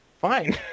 fine